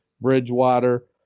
Bridgewater